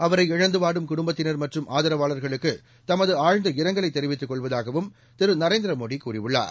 அவரை இழந்து வாடும் குடும்பத்தினா் மற்றும் ஆதரவாளா்களுக்கு தனது ஆழ்ந்த இரங்கலை தெரிவித்துக் கொள்வதாகவும் திரு நரேந்திரமோடி கூறியுள்ளார்